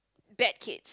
bad kids